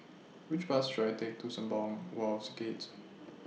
Which Bus should I Take to Sembawang Wharves Gates